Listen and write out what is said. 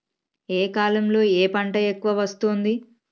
ఏ కాలంలో ఏ పంట ఎక్కువ వస్తోంది?